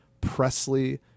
Presley